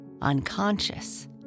unconscious